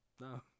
No